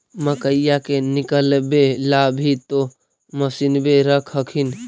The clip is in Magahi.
मकईया के निकलबे ला भी तो मसिनबे रख हखिन?